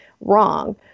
wrong